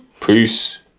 peace